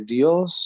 Dios